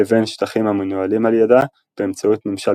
לבין שטחים המנוהלים על-ידה באמצעות ממשל